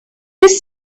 his